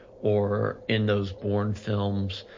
or in those bourne films,